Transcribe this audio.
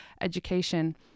education